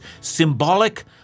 symbolic